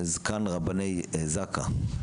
זקן רבני זק"א.